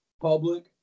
public